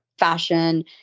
fashion